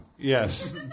Yes